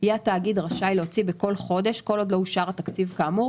"יהיה התאגיד רשאי להוציא בכל חודש כל עוד לא אושר התקציב כאמור,